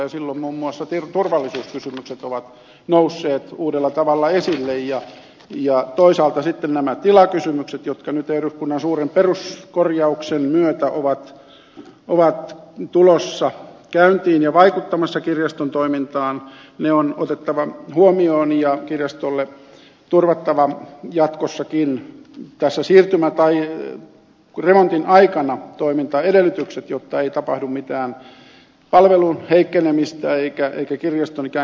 silloin muun muassa turvallisuuskysymykset ovat nousseet uudella tavalla esille ja toisaalta sitten nämä tilakysymykset jotka nyt eduskunnan suuren peruskorjauksen myötä ovat tulossa käyntiin ja vaikuttamassa kirjaston toimintaan on otettava huomioon ja kirjastolle turvattava jatkossakin remontin aikana toimintaedellytykset jotta ei tapahdu mitään palvelun heikkenemistä eikä kirjaston ikään kuin unohtumista